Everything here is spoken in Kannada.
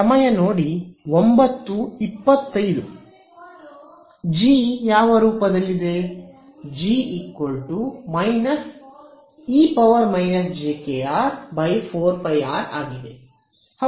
Ez1jωϵ0μ0∫∫∫k2Grr'∂2Grr' ∂z2Jr'dV' G ಯಾವ ರೂಪದಲ್ಲಿದೆ G e jkR 4πR ಆಗಿದೆ